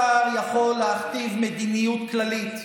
שר יכול להכתיב מדיניות כללית.